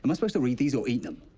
um supposed to read these or eat them?